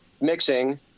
mixing